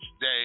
day